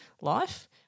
life